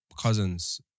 cousins